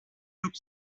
took